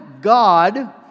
God